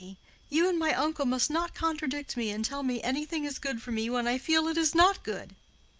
you and my uncle must not contradict me and tell me anything is good for me when i feel it is not good.